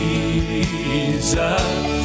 Jesus